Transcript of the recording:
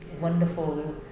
wonderful